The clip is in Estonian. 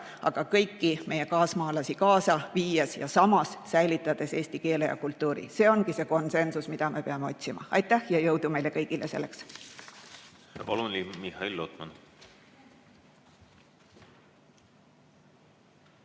aga kõiki meie kaasmaalasi kaasa viies ja samas säilitades eesti keele ja kultuuri. See ongi see konsensus, mida me peame otsima. Aitäh ja jõudu meile kõigile selleks!